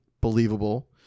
believable